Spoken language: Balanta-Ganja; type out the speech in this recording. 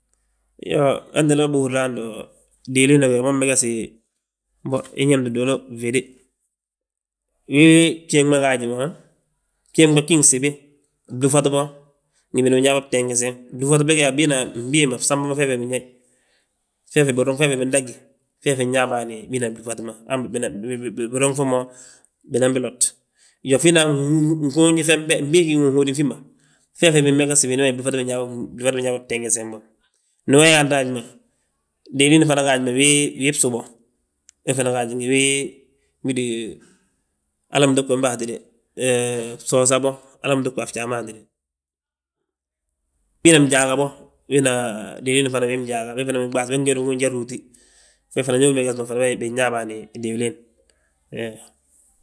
Iyoo, wentele ma bâhúrna diliin wi ma megesi, mbo inyeemti fnduulu fwéde. Wii bjéeŋ ma gaaji ma, bjéeŋ be bgí gsibi blúŧat bo, ngi bini binyaa bo tengesen, flúŧat bégi bina fmbii ma fsamba ma fee fi binyaayi, fee fi binruŋ fee fi bindagí, dagí, feefi nñaa bâan bina blúŧat ma. Han biruŋ fi mo, binan bilot, iyoo finan fnguunj fembe fmbii g'i ginhódin fi ma, fee fi bimmegesi biyaa bo tengesen ma. Ndu we yaanta haji ma, diliin fana gaaji ma wii, bsu bo, we fana gaaj, ngi wii, wi dú halla bintuug bembe hatide, bsoosa bo, halla bintuugfi a fjaa ma hatide? Binan bjaaga bo, wina diliin wii njaaga, diliin wii njaaga, be fana binɓas we ge dúf njan rúuti, binñaa bâan diliin,